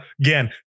again